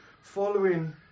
Following